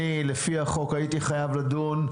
אני לפי החוק הייתי חייב לדון.